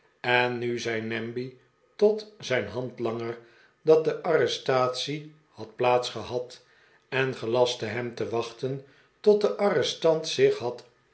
en nu zei namby tot zijn handlanger dat de arrestatie had plaats gehad en gelastte hem te wachten tot de arrestant zich had